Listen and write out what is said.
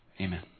Amen